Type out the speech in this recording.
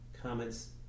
comments